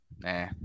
Nah